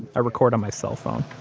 i record on my cell phone